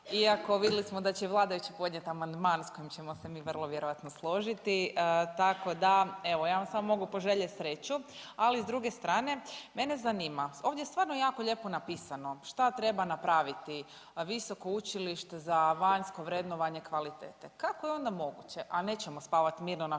iako vidjeli smo da će vladajući podnijeti amandman s kojim ćemo se mi vrlo vjerojatno složiti. Tako da evo ja vam samo mogu poželjeti sreću, ali s druge strane mene zanima, ovdje je stvarno jako lijepo napisano šta treba napraviti visoko učilište za vanjsko vrednovanje kvalitete. Kako je onda moguće, a nećemo spavati mirno